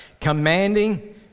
Commanding